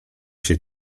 się